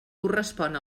correspon